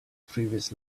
previous